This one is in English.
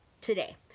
today